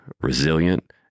resilient